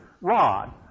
Rod